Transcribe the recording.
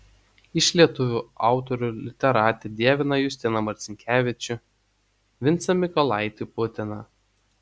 iš lietuvių autorių literatė dievina justiną marcinkevičių vincą mykolaitį putiną